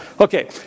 Okay